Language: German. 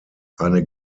eine